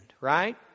right